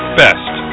best